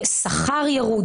שכר ירוד,